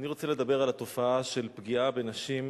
אני רוצה לדבר על התופעה של פגיעה בנשים,